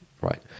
Right